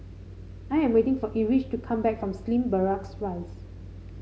I am waiting for Erich to come back from Slim Barracks Rise